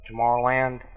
Tomorrowland